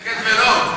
כן ולא.